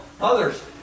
others